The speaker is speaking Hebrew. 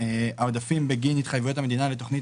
העודפים בגין התחייבויות המדינה לתוכנית